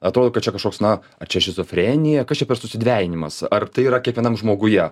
atrodo kad čia kažkoks na ar čia šizofrenija kas čia per susidvejinimas ar tai yra kiekvienam žmoguje